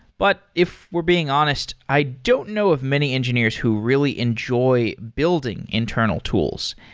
but if we're being honest, i don't know of many engineers who really enjoy building internal tools.